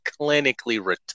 clinically